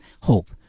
hope